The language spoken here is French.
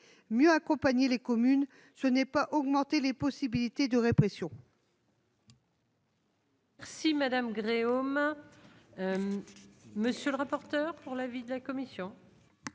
mieux accompagner les communes, ce n'est pas augmenter les possibilités de répression.